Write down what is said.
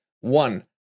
One